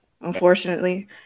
Unfortunately